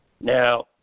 now